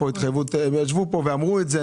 הם ישבו פה ואמרו את זה.